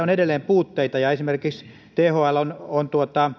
on edelleen puutteita esimerkiksi thl on